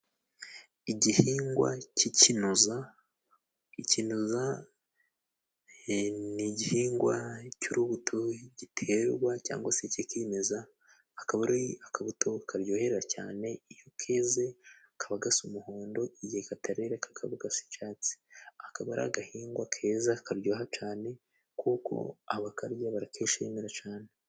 Igihingwa k'ikinoza. Ikinoza ni igihingwa cy'urubuto giterwa cyangwa se kikimeza, akaba ari akabuto karyohera cyane. Iyo keze kaba gasa umuhondo igihe katarera kakaba gasa icyatsi. Akaba ari agahingwa keza karyoha cane kuko abakarya barakishimira cane.